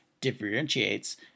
differentiates